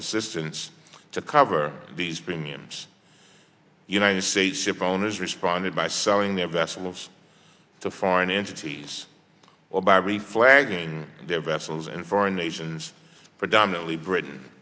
assistance to cover these premiums united states ship owners responded by selling their vessels to foreign entities or by reflag their vessels in foreign nations predominantly britain